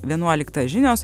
vienuoliktą žinios